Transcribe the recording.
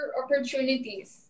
opportunities